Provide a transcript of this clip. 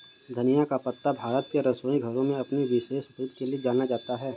धनिया का पत्ता भारत के रसोई घरों में अपनी विशेष उपयोगिता के लिए जाना जाता है